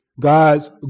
God's